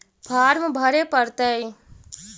Farm भरे परतय?